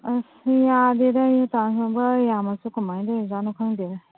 ꯑꯁ ꯌꯥꯗꯦꯗ ꯇ꯭ꯔꯥꯟꯁꯐꯣꯔꯃꯔ ꯌꯥꯝꯂꯁꯨ ꯀꯃꯥꯏꯅ ꯇꯧꯔꯤꯅꯣ ꯈꯪꯗꯦꯗ